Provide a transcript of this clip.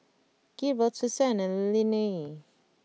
Gerold Susanna and Linnie